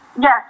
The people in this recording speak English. Yes